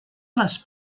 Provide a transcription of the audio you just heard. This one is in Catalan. les